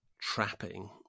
trapping